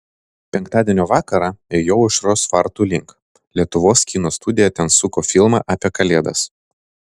penktadienio vakarą ėjau aušros vartų link lietuvos kino studija ten suko filmą apie kalėdas